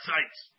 Sites